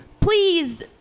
please